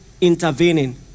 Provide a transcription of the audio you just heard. intervening